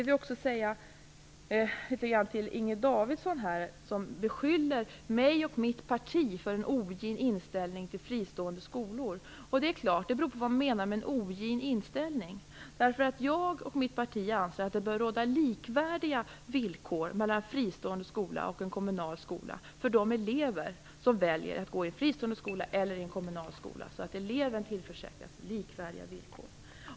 Inger Davidson beskyller mig och mitt parti för en ogin inställning till fristående skolor. Men det beror på vad man menar med en ogin inställning. Jag och mitt parti anser att det bör råda likvärdiga villkor mellan en fristående skola och en kommunal skola för de elever som väljer att gå i en fristående skola eller i en kommunal skola, så att eleverna tillförsäkras likvärdiga villkor.